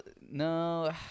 No